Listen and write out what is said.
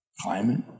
climate